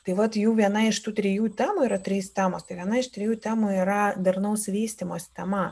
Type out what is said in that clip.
tai vat jų viena iš tų trijų temų yra trys temos tai viena iš trijų temų yra darnaus vystymosi tema